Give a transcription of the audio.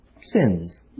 sins